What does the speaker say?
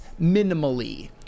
minimally